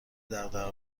دغدغه